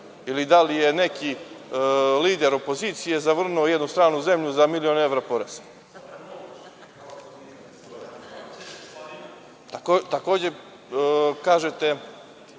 ili da li je neki lider opozicije zavrnuo jednu stranu zemlju za milion evra poreza. Takođe kažete